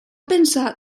pensar